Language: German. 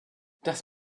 das